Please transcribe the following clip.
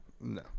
no